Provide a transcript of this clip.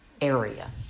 area